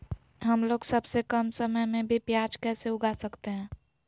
हमलोग सबसे कम समय में भी प्याज कैसे उगा सकते हैं?